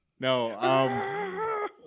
No